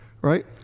right